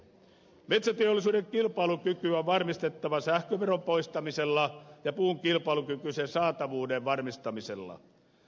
metsäteollisuuden kilpailukyky on varmistettava sähköveron poistamisella ja puun kilpailukykyisen saatavuuden varmistamisella